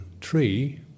tree